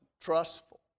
trustful